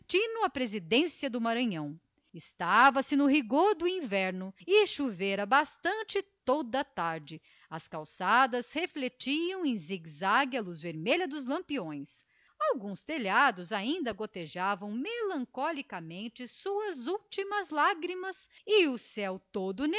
à presidência do maranhão estava-se no rigor do inverno e chovera durante toda a tarde as calçadas refletiam em ziguezague a luz vermelha dos lampiões alguns telhados ainda gotejavam melancolicamente e o céu todo